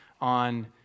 on